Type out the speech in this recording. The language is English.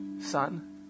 son